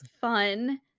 fun